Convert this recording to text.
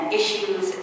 issues